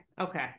Okay